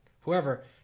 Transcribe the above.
whoever